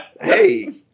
Hey